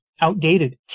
outdated